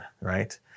right